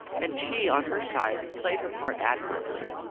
and she on her side played her part admirably.